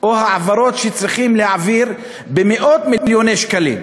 או העברות שצריכים להעביר במאות-מיליוני שקלים.